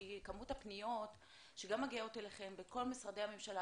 כי כמות הפניות שגם מגיעות אליכם בכל משרדי הממשלה,